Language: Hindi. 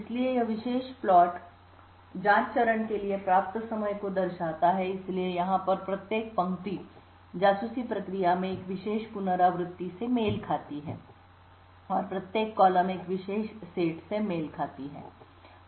इसलिए यह विशेष प्लॉट जांच चरण के लिए प्राप्त समय को दर्शाता है इसलिए यहां पर प्रत्येक पंक्ति जासूसी प्रक्रिया में एक विशेष पुनरावृत्ति से मेल खाती है और प्रत्येक कॉलम एक विशेष सेट से मेल खाती है